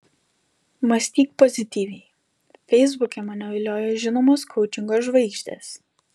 mąstyk pozityviai feisbuke mane vilioja žinomos koučingo žvaigždės